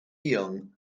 young